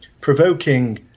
provoking